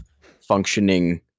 functioning